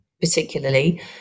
particularly